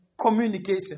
Communication